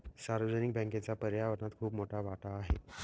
सार्वजनिक बँकेचा पर्यावरणात खूप मोठा वाटा आहे